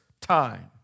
time